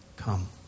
Come